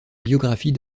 biographie